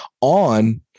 on